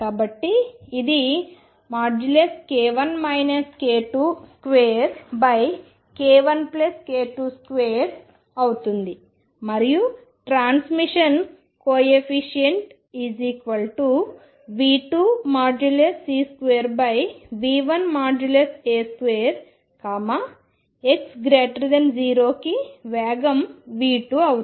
కాబట్టి ఇది k1 k22 k1k22 అవుతుంది మరియు ట్రాన్స్మిషన్ కోయెఫిషియంట్ ప్రసార గుణకం v2C2v1A2 x0కి వేగం v2అవుతుంది